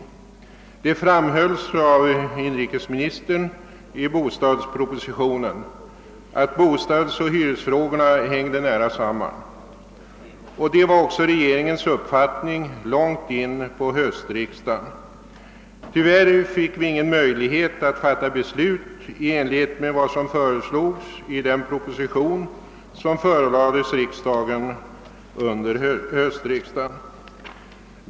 I bostadspropositionen framhöll inrikesministern, att bostadsoch hyresfrågorna hänger nära samman. Detta var också regeringens uppfattning långt in på höstriksdagen. Tyvärr fick vi ingen möjlighet att fatta beslut i enlighet med vad som föreslogs i den proposition som förelades oss under höstriksdagen.